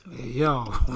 Yo